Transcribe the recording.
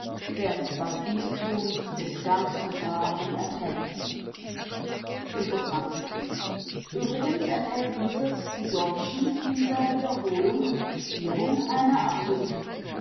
denn was diese tun ist ganz und gar unerträglich übrigens enthält dieses die deutschen in seiner wiederholung und fixierung eine